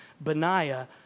Benaiah